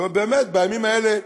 ועוד, באמת, בימים האלה,